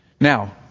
Now